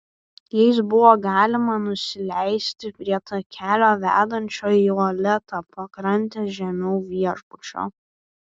jais buvo galima nusileisti prie takelio vedančio į uolėtą pakrantę žemiau viešbučio